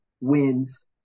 wins